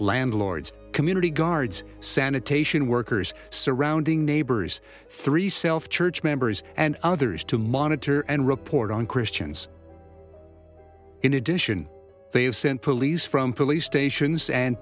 landlords community guards sanitation workers surrounding neighbors three self church members and others to monitor and report on christians in addition they have sent police from police stations and